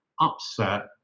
upset